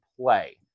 play